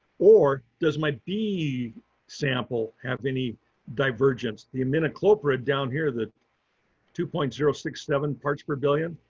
or does my bee sample have any divergence? the imidacloprid down here. the two point zero six seven parts per billion,